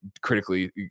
critically